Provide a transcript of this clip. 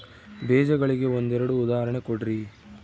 ಬೇಜಗಳಿಗೆ ಒಂದೆರಡು ಉದಾಹರಣೆ ಕೊಡ್ರಿ?